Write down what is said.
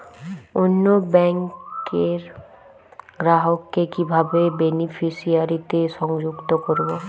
অন্য ব্যাংক র গ্রাহক কে কিভাবে বেনিফিসিয়ারি তে সংযুক্ত করবো?